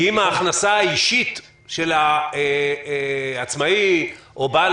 כי אם ההכנסה האישית של העצמאי או בעל